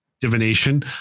divination